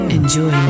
Enjoy